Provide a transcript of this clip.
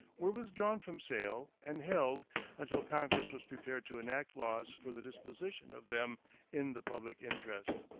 were withdrawn from sale and held until congress was prepared to enact laws for the disposition of them in the public interest.